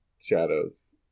shadows